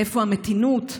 איפה המתינות?